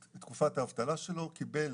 תקופת האבטלה שלו, קיבל